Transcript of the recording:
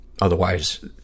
Otherwise